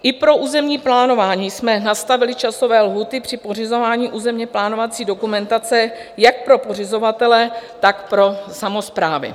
I pro územní plánování jsme nastavili časové lhůty při pořizování územněplánovací dokumentace jak pro pořizovatele, tak pro samosprávy.